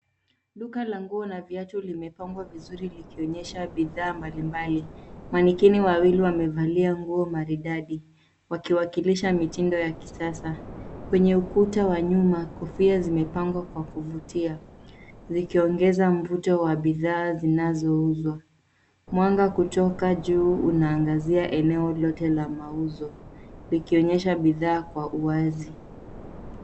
Duka la nguo na viatu limepangwa vizuri likionyesha bidhaa mbali mbali, manekini wawili wamevalia nguo maridadi wakiwakilisha mitindo ya kisasa. Kwenye ukuta wa nyuma, kofia zimepangwa kwa kuvutia zikiongeza mvuto wa bidhaa zinazouzwa, mwanga kutoka juu unaangazia eneo lote la mauzo likionyesha bidhaa kwa uwazi.